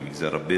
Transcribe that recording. או במגזר הבדואי,